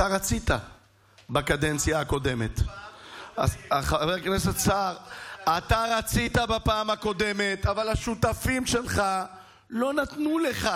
אתה רצית בקדנציה הקודמת, אתה עוד פעם לא מדייק,